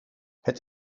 het